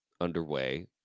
underway